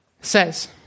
says